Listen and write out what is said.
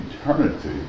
eternity